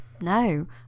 no